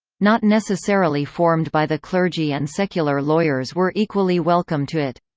not necessarily formed by the clergy and secular lawyers were equally welcome to it.